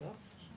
בסוף?